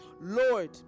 Lord